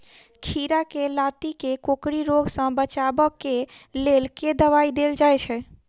खीरा केँ लाती केँ कोकरी रोग सऽ बचाब केँ लेल केँ दवाई देल जाय छैय?